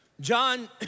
John